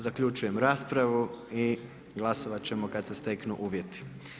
Zaključujem raspravu i glasovati ćemo kad se steknu uvjeti.